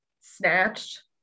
snatched